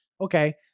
okay